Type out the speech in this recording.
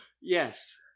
Yes